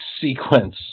sequence